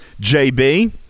jb